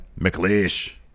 McLeish